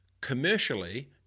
commercially